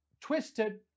twisted